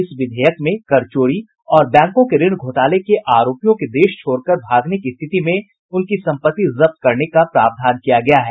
इस विधेयक में कर चोरी और बैंकों के ऋण घोटाले के आरोपियों के देश छोड़कर भागने की स्थिति में उनकी संपत्ति जब्त करने का प्रावधान किया गया है